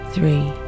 three